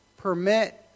permit